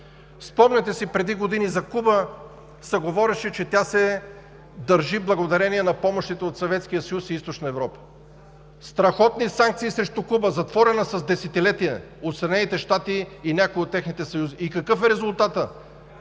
Спомняте си преди години – за Куба се говореше, че тя се държи благодарение на помощите от Съветския съюз и Източна Европа – страхотни санкции срещу Куба, затворена с десетилетия от Съединените щати и някои от техните съюзници. И какъв е резултатът?!